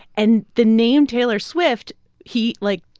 and the name taylor swift he, like,